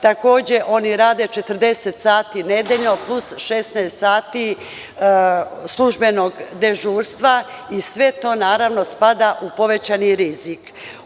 Takođe oni rade 40 sati nedeljno plus 16 sati službenog dežurstva i sve to naravno spada u povećani rizik.